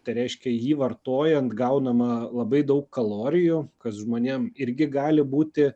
tai reiškia jį vartojant gaunama labai daug kalorijų kas žmonėm irgi gali būti